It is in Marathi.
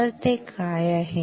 तर ते काय आहे